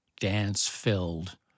dance-filled